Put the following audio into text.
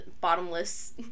bottomless